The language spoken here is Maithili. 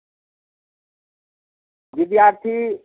विद्यार्थी